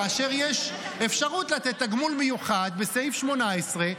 כאשר יש אפשרות לתת תגמול מיוחד בסעיף 18,